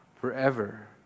forever